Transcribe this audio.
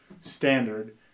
standard